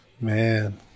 Man